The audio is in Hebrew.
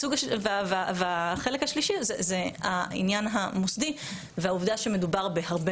והחלק השלישי הוא העניין המוסדי והעובדה שמדובר בהרבה